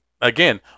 Again